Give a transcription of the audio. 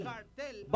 Cartel